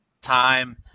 time